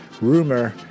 rumor